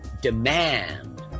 Demand